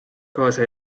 kaasa